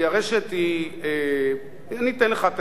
הרשת היא, אני אתן לך,